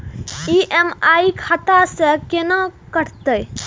EMI खाता से केना कटते?